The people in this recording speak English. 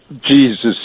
Jesus